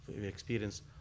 experience